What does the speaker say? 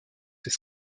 ses